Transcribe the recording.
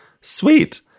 Sweet